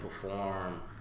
perform